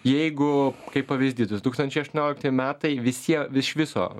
jeigu kaip pavyzdys du tūkstančiai aštuonioliktieji metai visie iš viso